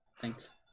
Thanks